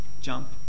jump